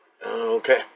Okay